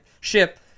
ship